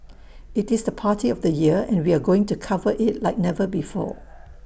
IT is the party of the year and we are going to cover IT like never before